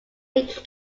league